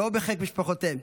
לא בחיק משפחותיהם.